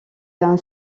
d’un